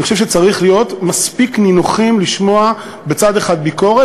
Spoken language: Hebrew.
אני חושב שצריך להיות מספיק נינוחים לשמוע בצד אחד ביקורת